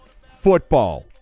football